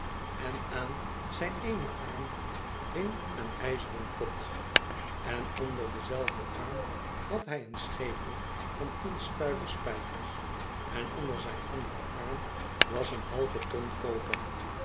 en aan zijn eenen arm hing een ijzeren pot en onder denzelfden arm had hvj een schepel van tien stuivers spijkers en onderzijn anderen arm was een halve ton koper